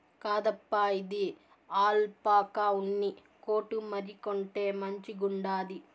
కాదప్పా, ఇది ఆల్పాకా ఉన్ని కోటు మరి, కొంటే మంచిగుండాది